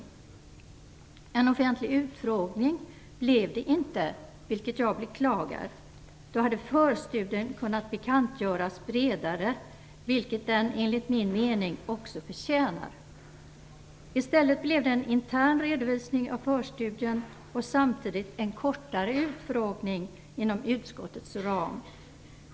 Någon offentlig utfrågning blev det inte, vilket jag beklagar. Då hade förstudien nämligen kunnat bekantgöras bredare, vilket den enligt min mening också förtjänar. I stället blev det en intern redovisning av förstudien och samtidigt en kortare utfrågning inom utskottets ram.